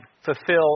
fulfill